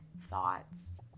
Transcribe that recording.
thoughts